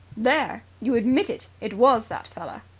there! you admit it! it was that feller!